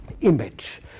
image